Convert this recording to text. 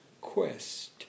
quest